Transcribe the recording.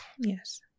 Yes